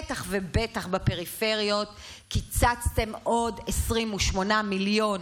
בטח ובטח בפריפריות, קיצצתם עוד 28 מיליון.